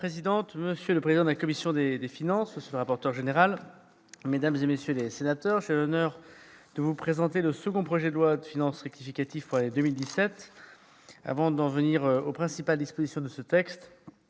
monsieur le président de la commission des finances, monsieur le rapporteur général, mesdames, messieurs les sénateurs, j'ai l'honneur de vous présenter le second projet de loi de finances rectificative pour l'année 2017. Avant d'en venir aux principales dispositions de ce texte,